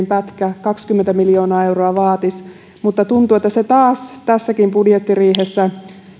pätkä ja vaatisi kaksikymmentä miljoonaa euroa mutta tuntuu että taas tässäkin budjettiriihessä